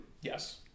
Yes